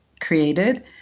created